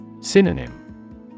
Synonym